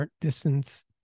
distance